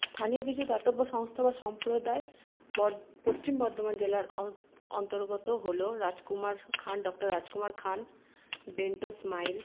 স্থানীয় কিছু দাতব্য সংস্থা বা সম্প্রদায় বড্ পশ্চিম বর্ধমান জেলার অ অন্তর্গত হলো রাজকুমার খান ডক্টর রাজকুমার খান ডেন্টোস্মাইল